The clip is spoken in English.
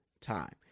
Time